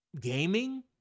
gaming